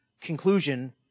conclusion